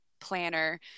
planner